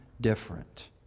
different